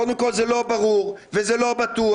קודם כל, זה לא ברור וזה לא בטוח.